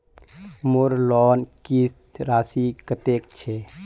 मोर लोन किस्त राशि कतेक छे?